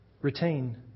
Retain